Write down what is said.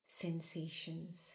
sensations